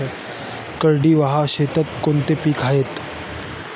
कोरडवाहू शेतीत कोणती पिके घेतात?